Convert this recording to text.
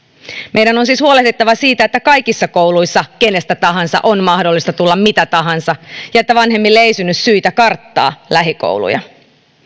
meidän on siis huolehdittava siitä että kaikissa kouluissa kenestä tahansa on mahdollista tulla mitä tahansa ja että vanhemmille ei synny syitä karttaa lähikouluja